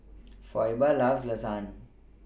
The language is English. Phoebe loves Lasagna